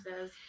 says